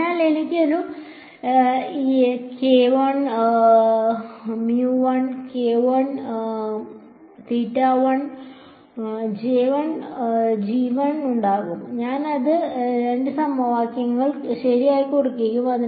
അതിനാൽ എനിക്ക് ഒരു ഉണ്ടാകും ഞാൻ ഈ രണ്ട് സമവാക്യങ്ങളും ശരിയായി കുറയ്ക്കുകയാണ്